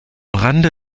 rande